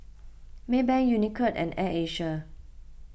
Maybank Unicurd and Air Asia